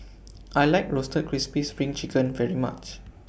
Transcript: I like Roasted Crispy SPRING Chicken very much